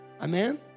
Amen